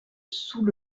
sous